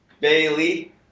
Bailey